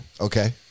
Okay